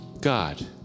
God